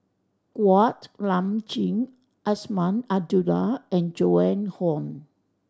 Kuak Nam Jin Azman Abdullah and Joan Hon